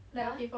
!huh!